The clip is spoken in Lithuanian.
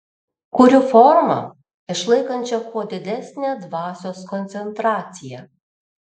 kuriu formą išlaikančią kuo didesnę dvasios koncentraciją